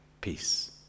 peace